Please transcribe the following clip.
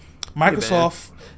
Microsoft